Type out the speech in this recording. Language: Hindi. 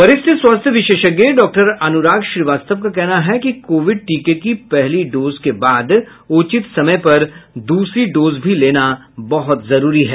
वरिष्ठ स्वास्थ्य विशेषज्ञ डाक्टर अनुराग श्रीवास्तव का कहना है कि कोविड टीके की पहली डोज के बाद उचित समय पर दूसरी डोज भी लेना बहुत जरुरी है